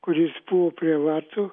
kuris buvo prie vartų